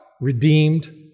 redeemed